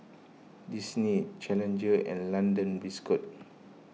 Disney Challenger and London Biscuit